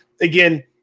Again